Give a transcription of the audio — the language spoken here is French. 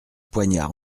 poignard